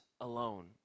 alone